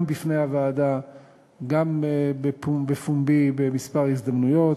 גם בוועדה וגם בפומבי בכמה הזדמנויות.